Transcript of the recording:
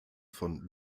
von